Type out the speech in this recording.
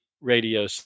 Radio